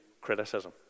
criticism